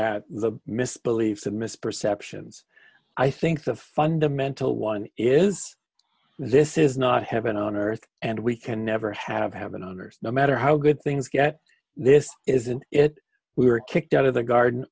at the misbelief the misperceptions i think the fundamental one is this is not heaven on earth and we can never have have an honors no matter how good things get this isn't it we were kicked out of the garden